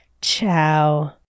Ciao